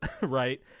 right